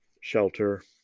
shelter